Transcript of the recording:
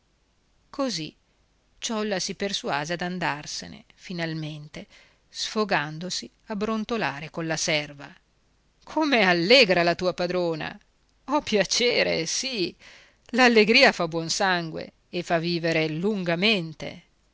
piuttosto così ciolla si persuase ad andarsene finalmente sfogandosi a brontolare colla serva com'è allegra la tua padrona ho piacere sì l'allegria fa buon sangue e fa vivere lungamente